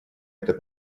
это